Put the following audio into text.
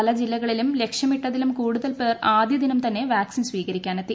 പല ജില്ലകളിലും ലക്ഷ്യമിട്ടതിലും കൂടുതൽ പേർ ആദ്യദിനം തന്നെ വാക്സിൻ സ്വീകരിക്കാനെത്തി